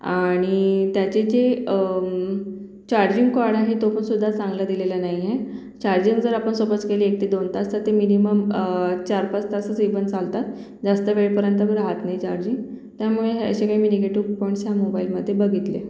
आणि त्याचे जे चार्जिंग कॉड आहे तो पण सुद्धा चांगला दिलेला नाही आहे चार्जिन जर आपण सपोज केले एक ते दोन तास तर ते मिनीमम चार पाच तासच इव्हन चालतात जास्त वेळपर्यंत मग रहात नाही चार्जिंग त्यामुळे हे असे काही मी निगेटिव पॉईंट्स ह्या मोबाईलमध्ये बघितले